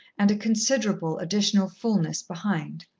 and a considerable additional fulness behind.